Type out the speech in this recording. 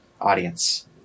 audience